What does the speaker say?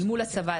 אל מול הצבא,